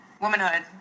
womanhood